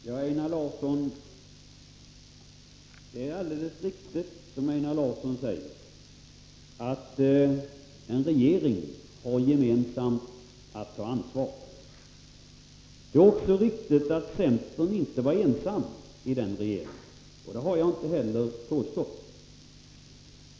Fru talman! Det är alldeles riktigt, som Einar Larsson säger, att en regering har ett samfällt ansvar. Det är också riktigt att centern inte var ensam i regeringen, och jag har inte heller påstått något annat.